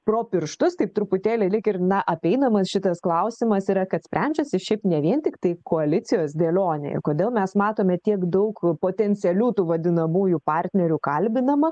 pro pirštus taip truputėlį lyg ir na apeinamas šitas klausimas yra kad sprendžiasi šiaip ne vien tiktai koalicijos dėlionė ir kodėl mes matome tiek daug potencialių tų vadinamųjų partnerių kalbinama